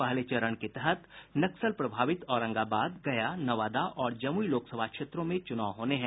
पहले चरण के तहत नक्सल प्रभावित औरंगाबाद गया नवादा और जमुई लोकसभा क्षेत्रों में चुनाव होने हैं